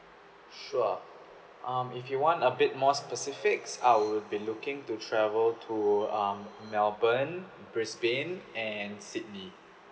sure um if you want a bit more specific I will be looking to travel to um melbourne brisbane and sydney